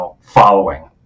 following